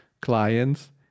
clients